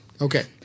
Okay